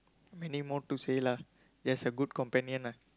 many more to say lah just a good companion lah